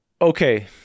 Okay